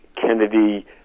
Kennedy